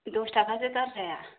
दस टाका सो गारजाया